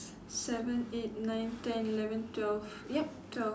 seven eight nine ten eleven twelve yup twelve